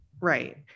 Right